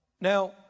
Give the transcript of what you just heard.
Now